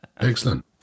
Excellent